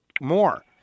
more